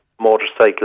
motorcycle